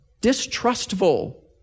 distrustful